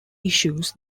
issues